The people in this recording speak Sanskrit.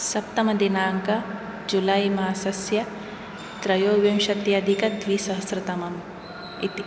सप्तमदिनाङ्क जूलायिमासस्य त्रयोविंशत्यधिकद्विसहस्रतमम् इति